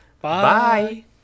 Bye